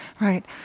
Right